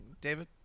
David